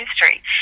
history